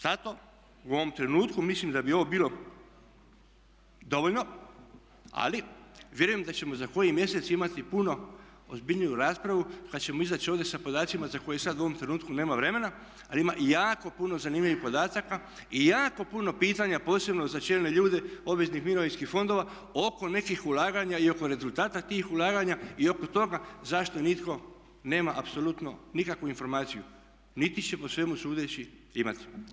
Zato u ovom trenutku mislim da bi ovo bilo dovoljno ali vjerujem da ćemo za koji mjesec imati puno ozbiljniju raspravu kad ćemo izaći ovdje sa podacima za koje sad u ovom trenutku nema vremena ali ima jako puno zanimljivih podataka i jako puno pitanja posebno za čelne ljude obveznih mirovinskih fondova oko nekih ulaganja i oko rezultata tih ulaganja i oko toga zašto nitko nema apsolutno nikakvu informaciju niti će po svemu sudeći imati.